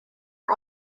are